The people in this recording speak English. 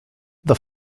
the